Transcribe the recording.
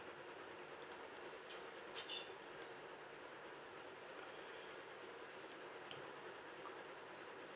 okay !wow!